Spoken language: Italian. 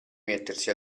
mettersi